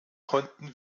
konnten